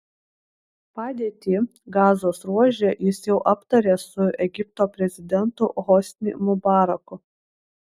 padėtį gazos ruože jis jau aptarė su egipto prezidentu hosni mubaraku